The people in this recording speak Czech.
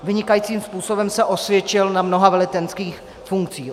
Vynikajícím způsobem se osvědčil na mnoha velitelských funkcích.